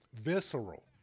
visceral